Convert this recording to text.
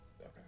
okay